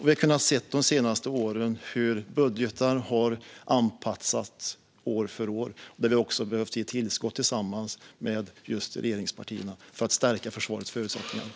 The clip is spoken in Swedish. Vi har kunnat se de senaste åren hur budgetar har anpassats år för år och att vi behövt ge tillskott tillsammans med regeringspartierna för att stärka försvarets förutsättningar.